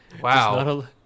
wow